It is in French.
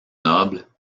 noble